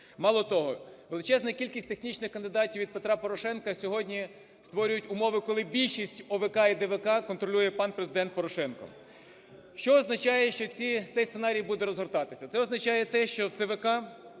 Мало того, величезна кількість технічних кандидатів від Петра Порошенка сьогодні створюють умови, коли більшість ОВК і ДВК контролює пан Президент Порошенко. Що означає, що цей сценарій буде розгортатися? Це означає те, що в ЦВК,